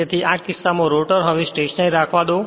તેથી આ કિસ્સામાં રોટર ને હવે સ્ટેશનરી રાખવામાં દો